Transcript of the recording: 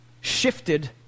shifted